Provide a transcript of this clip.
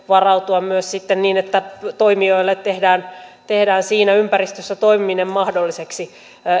varautua sitten myös niin että toimijoille tehdään tehdään siinä ympäristössä toimiminen mahdolliseksi